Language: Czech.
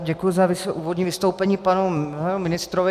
Děkuji za úvodní vystoupení panu ministrovi.